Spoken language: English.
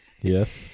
Yes